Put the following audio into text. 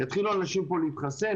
יתחילו אנשים פה התחסן.